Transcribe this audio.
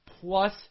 plus